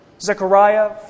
Zechariah